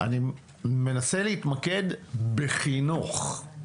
אני מנסה להתמקד בחינוך.